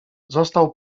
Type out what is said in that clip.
został